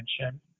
attention